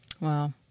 Wow